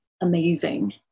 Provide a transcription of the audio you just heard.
amazing